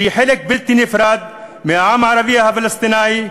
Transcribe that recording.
שהיא חלק בלתי נפרד מהעם הערבי הפלסטיני,